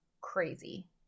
Crazy